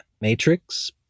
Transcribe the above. Matrix